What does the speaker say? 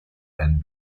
then